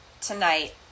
tonight